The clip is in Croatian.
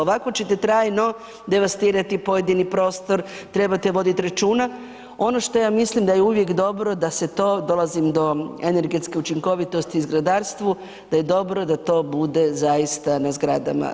Ovako ćete trajno devastirati pojedini prostor, trebate voditi računa, ono što ja mislim da je uvijek dobro, dolazim do energetske učinkovitosti u zgradarstvu, da je dobro da to bude zaista na zgradama.